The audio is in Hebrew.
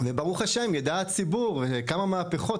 וברוך ה׳, שידע הציבור על כל המהפכות.